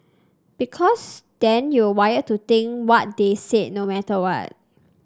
because then you're wired to think what they said no matter what